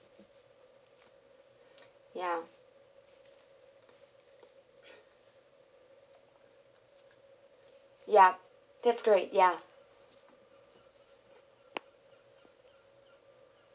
ya ya that's great ya